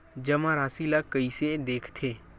जमा राशि ला कइसे देखथे?